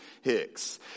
Hicks